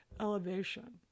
elevation